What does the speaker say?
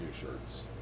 shirts